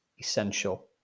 essential